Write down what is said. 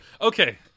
okay